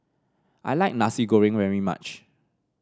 I like Nasi Goreng very much